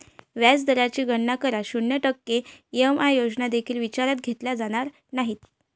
व्याज दराची गणना करा, शून्य टक्के ई.एम.आय योजना देखील विचारात घेतल्या जाणार नाहीत